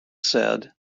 said